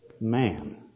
Man